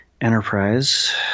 Enterprise